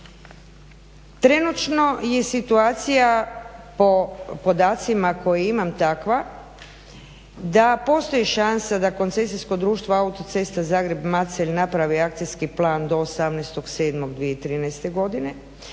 Trenutno je situacija po podacima koje imam takva da postoji šansa da koncesijsko društvo auto-cesta Zagreb-Macelj napravi akcijski plan do 18.7.2013. godine,